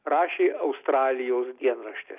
rašė australijos dienraštis